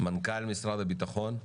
מנכ"ל משרד הביטחון,